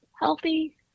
healthy